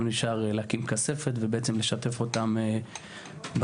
לנו נשאר להקים כספת ובעצם לשתף אותם במידע.